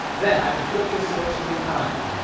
then i have to flip this switch three times.